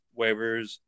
waivers